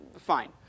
fine